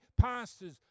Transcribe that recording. pastors